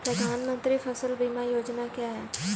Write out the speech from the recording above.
प्रधानमंत्री फसल बीमा योजना क्या है?